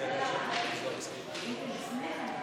חברי הכנסת, חבר